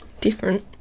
Different